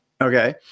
Okay